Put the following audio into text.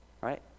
right